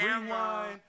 Rewind